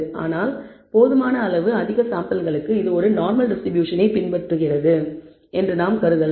ஆனால் போதுமான அளவு அதிக சாம்பிள்களுக்கு இது ஒரு நார்மல் டிஸ்ட்ரிபியூஷனை பின்பற்றுகிறது என்று நாம் கருதலாம்